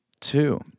two